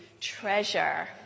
treasure